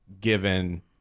given